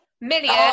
million